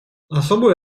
особую